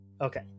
Okay